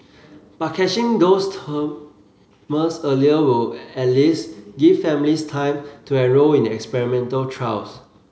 but catching those earlier will at least give families time to enrol in experimental trials